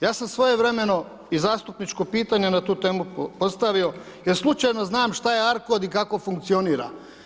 Ja sam svojevremeno i zastupničko pitanje na tu temu postavio jer slučajno znam šta je ARKOD i kako funkcionira.